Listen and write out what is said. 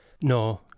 no